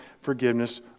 forgiveness